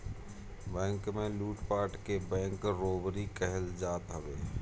bank में लूटपाट के बैंक रोबरी कहल जात हवे